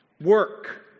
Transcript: Work